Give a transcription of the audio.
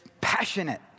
passionate